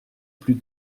plus